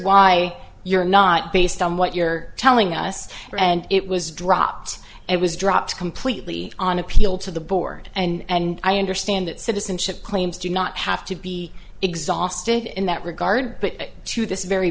why you're not based on what you're telling us and it was dropped it was dropped completely on appeal to the board and i understand that citizenship claims do not have to be exhausted in that regard but to this very